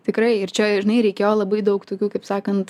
tikrai ir čia žinai reikėjo labai daug tokių kaip sakant